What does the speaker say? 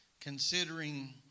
considering